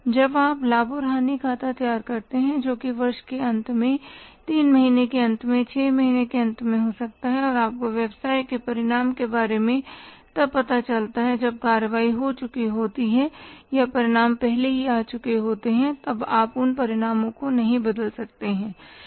जब आप लाभ और हानि खाता तैयार करते हैं जो कि वर्ष के अंत में तीन महीने के अंत में छह महीने के अंत में हो सकता है आपको व्यवसाय के परिणाम के बारे में तब पता चलता है जब कार्रवाई हो चुकी होती है या परिणाम पहले ही आ चुके होते हैं आप उन परिणामों को नहीं बदल सकते